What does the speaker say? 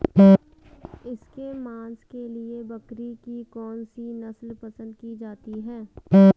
इसके मांस के लिए बकरी की कौन सी नस्ल पसंद की जाती है?